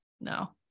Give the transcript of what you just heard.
no